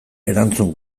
erantzun